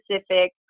specific